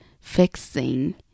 fixing